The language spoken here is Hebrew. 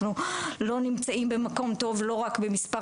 אנחנו לא נמצאים במקום טוב לא רק במספר